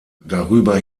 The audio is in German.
darüber